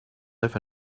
ever